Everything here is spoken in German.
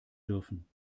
dürfen